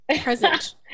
present